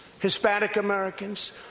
Hispanic-Americans